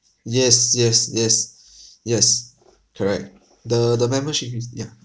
yes yes yes yes correct the the membership is yeah